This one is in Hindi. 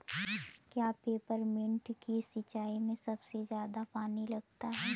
क्या पेपरमिंट की सिंचाई में सबसे ज्यादा पानी लगता है?